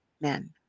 men